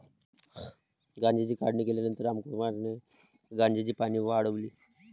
गांजाची काढणी केल्यानंतर रामकुमारने गांजाची पाने वाळवली